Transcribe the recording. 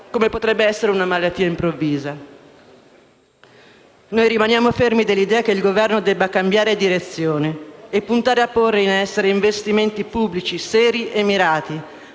come potrebbe essere una malattia improvvisa. Noi rimaniamo fermi nell'idea che il Governo debba cambiare direzione, puntare a porre in essere investimenti pubblici seri e mirati